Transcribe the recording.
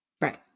Right